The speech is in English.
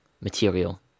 Material